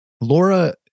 Laura